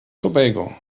tobago